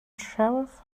sheriff